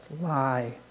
lie